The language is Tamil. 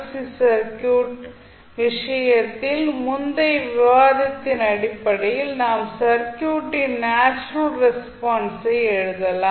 சி சர்க்யூட் விஷயத்தில் முந்தைய விவாதத்தின் அடிப்படையில் நாம் சர்க்யூட்டின் நேச்சுரல் ரெஸ்பான்ஸை எழுதலாம்